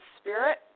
spirit